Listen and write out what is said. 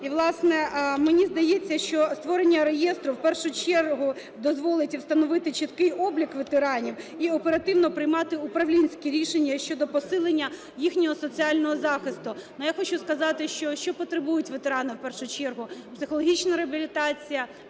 і, власне, мені здається, що створення реєстру, в першу чергу, дозволить і встановити чіткий облік ветеранів, і оперативно приймати управлінські рішення щодо посилення їхнього соціального захисту. Но я хочу сказати, що що потребують ветерани в першу чергу. Психологічна реабілітація,